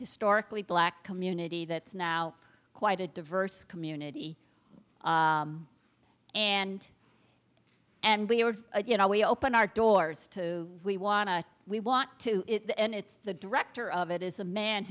historically black community that's now quite a diverse community and and we are you know we open our doors to we want to we want to it and it's the director of it is a man